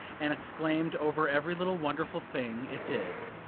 and exclaimed over every little wonderful thing it did.